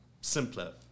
simpler